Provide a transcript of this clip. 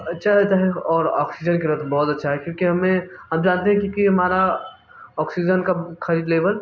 अच्छा रहता है और ऑक्सीजन का लत बहुत अच्छा है क्योंकि हमें हम जानते हैं क्योंकि हमारा आक्सीजन का ख़रीद लेवल